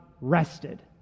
rested